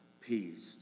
peace